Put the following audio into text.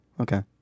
Okay